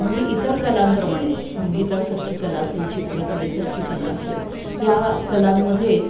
म्हणजे इतर कलांप्रमाणेच संगीतासारखी कला असेल चित्रकलेसारखी कला असेल या कलांमध्ये